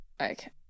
Okay